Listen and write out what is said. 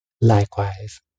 Likewise